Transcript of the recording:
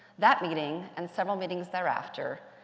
that meeting and several meetings thereafter,